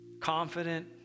confident